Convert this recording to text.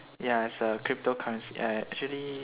ya is a cryptocurrency ya ya actually